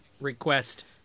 request